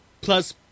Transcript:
plus